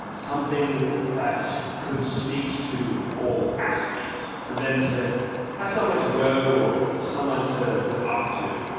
something that could speak to all aspies, for them to have somewhere to go, or someone to look up to.